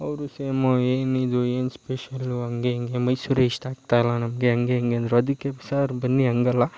ಅವರೂ ಸೇಮ್ ಏನಿದು ಏನು ಸ್ಪೆಷಲು ಹಂಗೆ ಹಿಂಗೆ ಮೈಸೂರು ಇಷ್ಟಾಗ್ತಾ ಇಲ್ಲ ನಮಗೆ ಹಂಗೆ ಹಿಂಗೆ ಅಂದ್ರು ಅದಕ್ಕೆ ಸಾರ್ ಬನ್ನಿ ಹಂಗಲ್ಲ